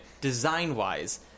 design-wise